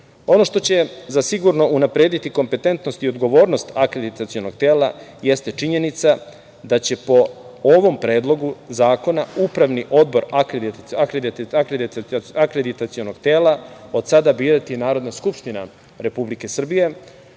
Ono što će zasigurno unaprediti kompetentnost i odgovornost akreditacionog tela, jeste činjenica da će po ovom predlogu zakona Upravni odbor akreditacionog tela od sada birati Narodna skupština Republike Srbije,